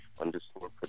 underscore